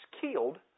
killed